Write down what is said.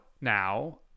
now